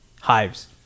hives